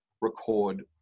record